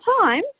time